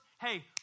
hey